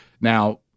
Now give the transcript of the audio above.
Now